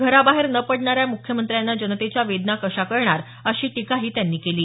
घराबाहेर न पडणाऱ्या मुख्यमंत्र्यांना जनतेच्या वेदना कशा कळणार अशी टीकाही त्यांनी केली